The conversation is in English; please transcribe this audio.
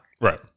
Right